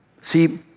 See